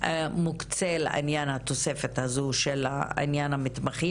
מוקצה לעניין התוספת הזו של המתמחים,